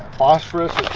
phosphorus